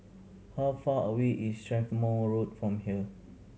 how far away is Strathmore Road from here